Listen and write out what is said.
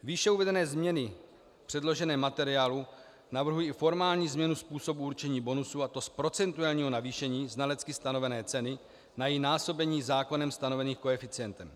Výše uvedené změny v předloženém materiálu navrhují i formální změnu způsobu určení bonusu, a to z procentuálního navýšení znalecky stanovené ceny na její násobení zákonem stanoveným koeficientem.